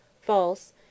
false